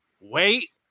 Wait